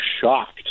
shocked